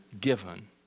given